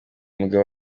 mugabo